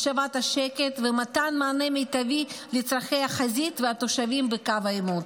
השבת השקט ומתן מענה מיטבי לצורכי החזית והתושבים בקו העימות.